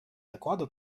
доклада